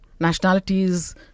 Nationalities